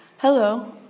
Hello